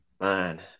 Man